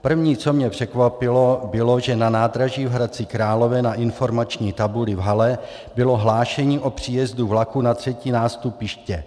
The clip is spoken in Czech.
První, co mě překvapilo, bylo, že na nádraží v Hradci Králové na informační tabuli v hale bylo hlášení o příjezdu vlaku na třetí nástupiště.